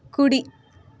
కుడి